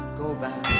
go back